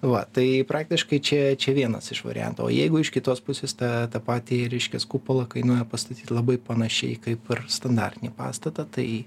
va tai praktiškai čia čia vienas iš variantų o jeigu iš kitos pusės tą tą patį reiškias kupolą kainuoja pastatyt labai panašiai kaip ir standartinį pastatą tai